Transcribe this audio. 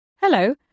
Hello